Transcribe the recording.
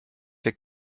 wir